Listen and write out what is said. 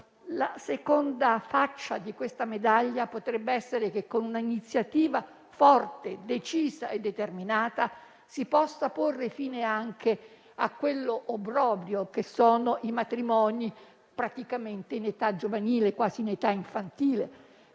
La seconda faccia di questa medaglia potrebbe essere che, con un'iniziativa forte, decisa e determinata, si possa porre fine anche a quell'obbrobrio costituito dai matrimoni in età giovanile, quasi in età infantile.